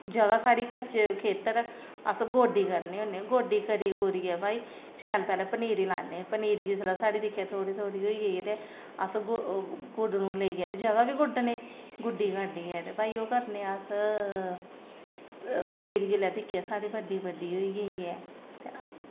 जगह् साढ़ी कच्चे खेत्तर अस गोड्डी करने होन्ने गोड्डी करी कुरियै भई शैल पैह्लें पनीरी लान्ने पनीरी जिसलै साढ़ी दिक्खेआ थोह्ड़ी थोह्ड़ी होई गेई ऐ ते अस गुड्डनूं लेइयै ते जगह् बी गुड्डने गुड्डी गाड्डियै ते भई ओह् करने अस पनीरी जेल्लै दिक्खेआ साढ़ी बड्डी बड्डी होई गेई ऐ